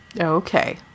Okay